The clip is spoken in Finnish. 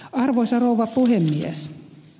arvoisa rouva puhemies